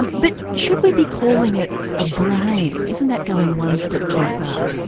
and but should we be calling it a brain, isn't that going one step too far?